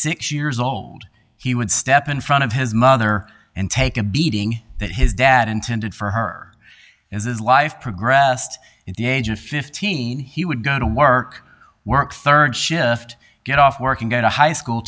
six years old he would step in front of his mother and take a beating that his dad intended for her as his life progressed at the age of fifteen he would go to work work rd shift get off work and get a high school